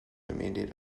immediate